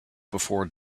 before